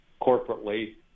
corporately